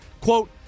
quote